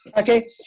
Okay